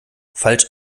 falsch